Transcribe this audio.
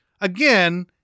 again